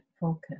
focus